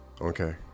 okay